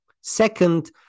Second